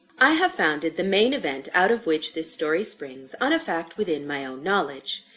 i have founded the main event out of which this story springs, on a fact within my own knowledge.